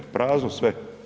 Prazno sve.